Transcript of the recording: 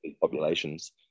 populations